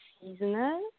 Seasonal